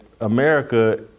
America